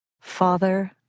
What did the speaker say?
Father